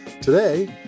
Today